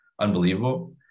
unbelievable